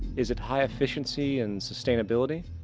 is it high efficiency and sustainability?